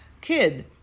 kid